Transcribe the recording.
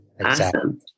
Awesome